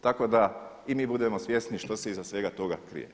Tako da i mi budemo svjesni što se iza svega toga krije.